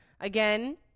Again